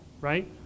right